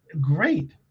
great